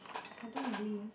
I don't want to lean